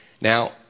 Now